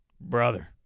brother